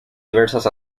diversas